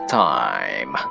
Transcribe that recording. time